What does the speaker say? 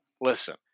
listen